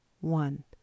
one